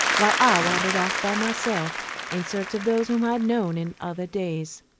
while i wandered off by myself in search of those whom i had known in other days.